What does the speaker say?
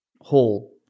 hold